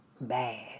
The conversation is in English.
bad